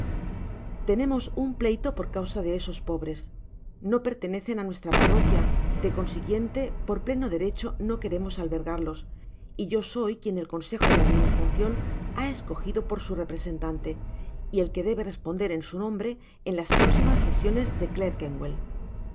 tenemos un pleito por causa de esos pobres no pertenecen á nuestra pap roquia de consiguiente por pleno derecho no queremos albergarlos y yo soy quien el consejo de administracion ha escojido por su representante y el que debe responder en su nombre en las prócsimas sesiones de